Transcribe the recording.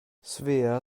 svea